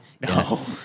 No